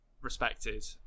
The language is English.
respected